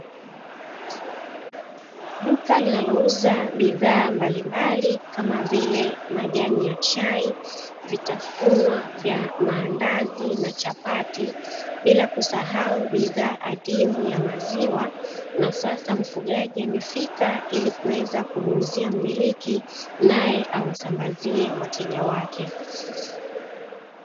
Duka linalouza bidhaa mbalimbali kama vile majani ya chai, vitafunwa vya maandazi na chapati, bila kusahau bidhaa adimu ya maziwa. Na sasa mfugaji amefika ili kuweza kumuuzia mmiliki, nae awasambazie wateja wake.